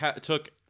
took